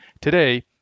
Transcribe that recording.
Today